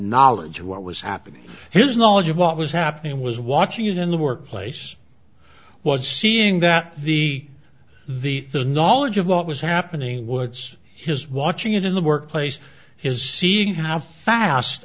knowledge of what was happening his knowledge of what was happening was watching him in the workplace was seeing that the the the knowledge of what was happening what's his watching it in the workplace his seeing how fast